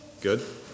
Good